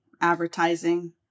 advertising